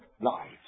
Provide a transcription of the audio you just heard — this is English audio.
lives